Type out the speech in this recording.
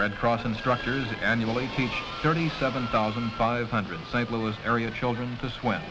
red cross instructors annually teach thirty seven thousand five hundred st louis area children to swim